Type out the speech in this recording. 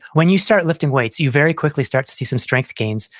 when you start lifting weights, you very quickly start to see some strength gains.